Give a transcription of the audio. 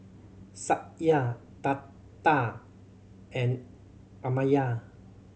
Satya Tata and Amartya